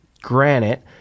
granite